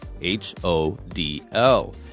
H-O-D-L